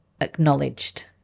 acknowledged